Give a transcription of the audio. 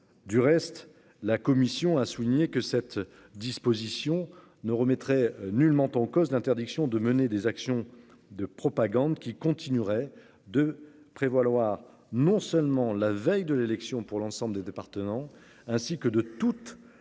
du reste. La commission a souligné que cette disposition ne remettrait nullement en cause l'interdiction de mener des actions de propagande qui continuerait de prévaloir non seulement la veille de l'élection pour l'ensemble des départements ainsi que de toute la